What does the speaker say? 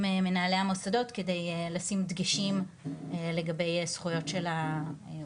מנהלי המוסדות כדי לשים דגשים לגבי זכויות של העובדים.